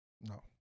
No